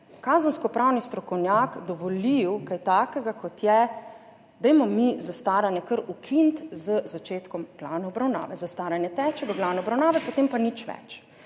kazenskopravni strokovnjak dovolil kaj takega, kot je, dajmo mi zastaranje kar ukiniti z začetkom glavne obravnave, zastaranje teče do glavne obravnave, potem pa nič več.